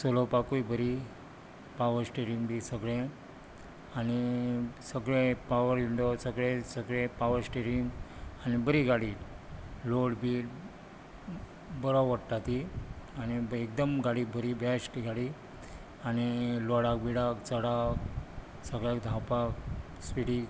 चलोवपाकूय बरी power steering बी सगळें आनी सगळे पावर विंडो सगळे सगळे पावर स्टॅरींग आनी बरी गाडी लॉड बी बरो वोडटा ती आनी एकदम गाडी बरी बॅस्ट ती गाडी आनी लॉडाक बिडाक चडाव सगळ्याक धांवपाक स्पिडीक